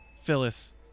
Phyllis